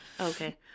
Okay